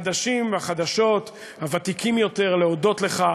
החדשים והחדשות, והוותיקים יותר, להודות לך,